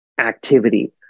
activity